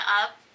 up